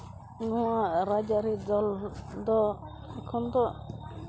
ᱱᱚᱣᱟ ᱨᱟᱡᱽᱟᱹᱨᱤ ᱫᱚᱞ ᱮᱠᱷᱚᱱ ᱫᱚ